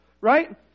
right